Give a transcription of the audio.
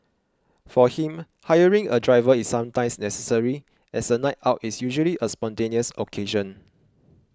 for him hiring a driver is sometimes necessary as a night out is usually a spontaneous occasion